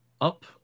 up